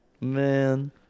Man